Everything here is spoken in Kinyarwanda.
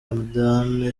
hamdan